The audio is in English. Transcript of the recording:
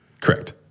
Correct